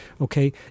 okay